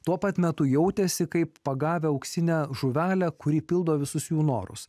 tuo pat metu jautėsi kaip pagavę auksinę žuvelę kuri pildo visus jų norus